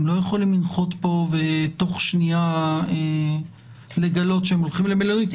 הם לא יכולים לנחות פה ותוך שנייה לגלות שהם הולכים למלונית.